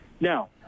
Now